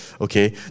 okay